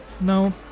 No